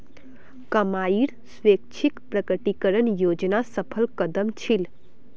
कमाईर स्वैच्छिक प्रकटीकरण योजना सफल कदम छील